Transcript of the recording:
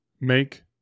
Make